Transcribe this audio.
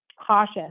cautious